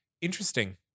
interesting